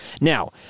Now